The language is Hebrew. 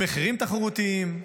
במחירים תחרותיים,